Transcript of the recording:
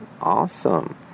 Awesome